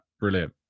Brilliant